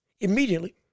immediately